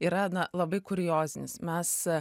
yra na labai kuriozinis mes